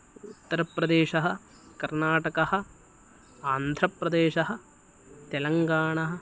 उत्तरप्रदेशः कर्नाटकः आन्ध्रप्रदेशः तेलङ्गाना